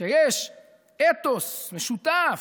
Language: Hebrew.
כשיש אתוס משותף,